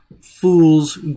fools